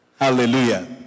Hallelujah